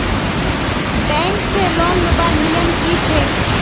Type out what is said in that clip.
Bank से loan लुबार नियम की छे?